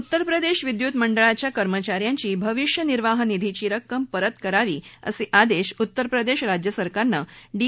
उत्तर प्रदेश विद्युत मंडळाच्या कर्मचा यांची भविष्य निर्वाहनिधीची रक्कम परत करावी असे आदेश उत्तर प्रदेश राज्य सरकारनं डी